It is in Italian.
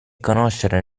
conoscere